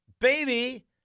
baby